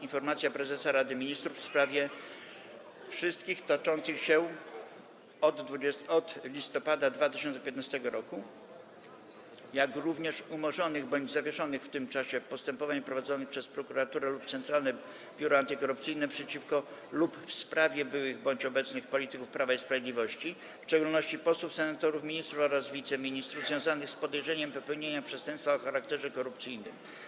Informacja prezesa Rady Ministrów w sprawie wszystkich toczących się od listopada 2015 r., jak również umorzonych bądź zawieszonych w tym czasie postępowań prowadzonych przez prokuraturę lub Centralne Biuro Antykorupcyjne przeciwko lub w sprawie byłych bądź obecnych polityków Prawa i Sprawiedliwości (w szczególności posłów, senatorów, ministrów oraz wiceministrów) związanych z podejrzeniem popełnienia przestępstwa o charakterze korupcyjnym.